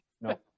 No